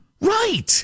Right